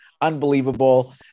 Unbelievable